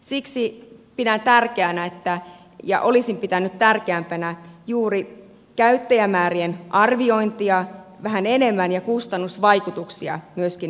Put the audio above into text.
siksi olisin pitänyt tärkeänä juuri käyttäjämäärien arviointia vähän enemmän ja kustannusvaikutusten myöskin näiltä osin